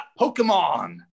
Pokemon